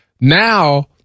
Now